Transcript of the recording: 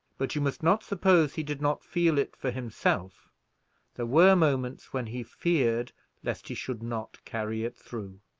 but you must not suppose he did not feel it for himself there were moments when he feared lest he should not carry it through.